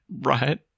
Right